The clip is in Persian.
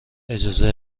اجازه